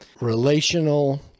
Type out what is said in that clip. relational